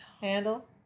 handle